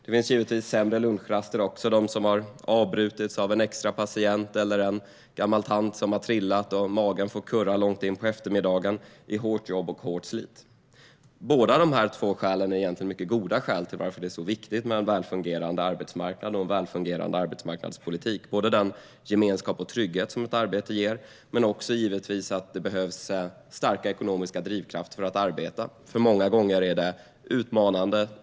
Det finns givetvis sämre lunchraster också - de som har avbrutits av en extra patient eller en gammal tant som har trillat. Magen får kurra långt in på eftermiddagen i hårt jobb och hårt slit. Båda dessa skäl är egentligen mycket goda skäl till varför det är så viktigt med en väl fungerande arbetsmarknad och en väl fungerande arbetsmarknadspolitik, både den gemenskap och trygghet som ett arbete ger och starka ekonomiska drivkrafter för att arbeta. Många gånger är det utmanande.